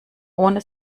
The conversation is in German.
ohne